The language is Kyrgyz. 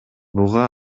буга